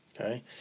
Okay